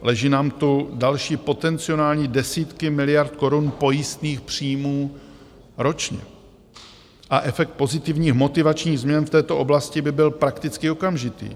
Leží nám tu další potenciální desítky miliard korun pojistných příjmů ročně a efekt pozitivních motivačních změn v této oblasti by byl prakticky okamžitý.